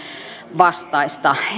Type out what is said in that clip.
vastaista